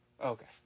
okay